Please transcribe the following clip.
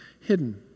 hidden